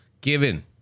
Given